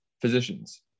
physicians